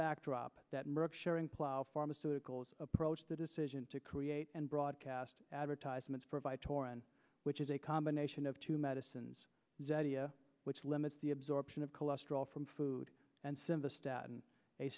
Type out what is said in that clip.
backdrop that merck sharing plow pharmaceuticals approach the decision to create and broadcast advertisements provide tauren which is a combination of two medicines which limits the absorption of cholesterol from food and since a stat